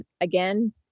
again